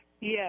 Yes